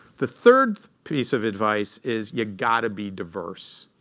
the third piece of advice is you've got to be diverse.